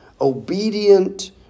obedient